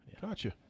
Gotcha